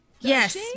Yes